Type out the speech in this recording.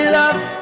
love